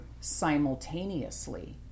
simultaneously